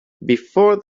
before